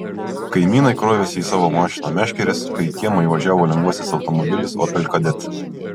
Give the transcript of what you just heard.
kaimynai krovėsi į savo mašiną meškeres kai į kiemą įvažiavo lengvasis automobilis opel kadett